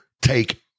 take